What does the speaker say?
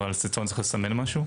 על אצטון צריך לסמן משהו?